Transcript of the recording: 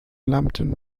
lambton